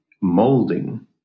molding